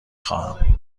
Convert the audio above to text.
خواهم